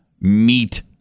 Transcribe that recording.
meat